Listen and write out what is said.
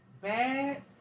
bad